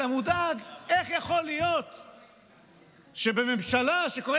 אתה מודאג איך יכול להיות שבממשלה שקוראת